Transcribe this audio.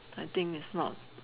I think it's not